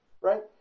right